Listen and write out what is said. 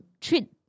treat